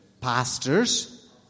pastors